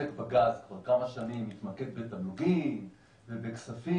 בגז כבר כמה שנים מתמקד ברובו בתמלוגים ובכספים,